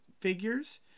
figures